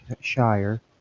Shire